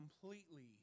completely